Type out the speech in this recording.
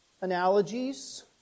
analogies